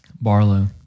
Barlow